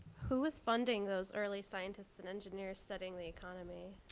who was funding those early scientists and engineers studying the economy?